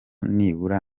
nibura